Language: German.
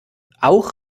auch